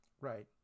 right